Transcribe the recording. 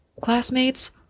classmates